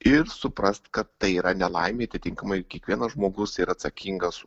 ir suprast kad tai yra nelaimė atitinkamai kiekvienas žmogus yra atsakingas